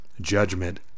judgment